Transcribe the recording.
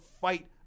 fight